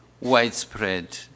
widespread